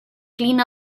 clean